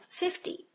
fifty